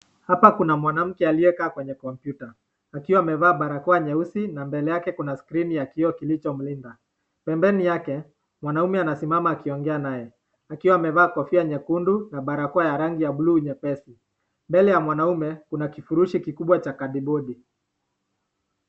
Hapa kuna mwanamke aliyekaa kwenye (cs) computer (cs) akiwa amevaa barakoa nyeusi na mbele yake kuna skrini ya kioo kilichomulika ,pembeni yake mwanaume anasimama akiongea naye akiwa amevaa kofia nyekundu na barakoa ya rangi ya bluu nyepesi, mbele ya mwanaume kuna kifurushi kikubwa kadibodi.